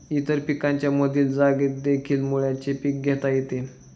इतर पिकांच्या मधील जागेतदेखील मुळ्याचे पीक घेता येते